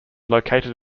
located